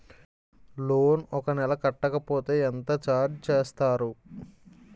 Loan ఒక నెల కట్టకపోతే ఎంత ఛార్జ్ చేస్తారు?